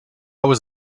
was